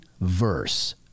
verse